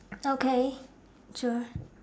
okay sure